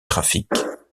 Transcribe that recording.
trafics